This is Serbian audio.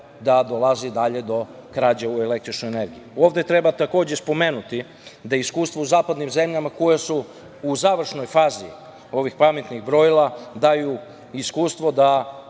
da dolazi dalje do krađe u električnoj energiji. Ovde treba takođe spomenuti da iskustvo u zapadnim zemljama koje su u završnoj fazi ovih pametnih brojila daju iskustvo da